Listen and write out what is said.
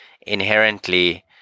inherently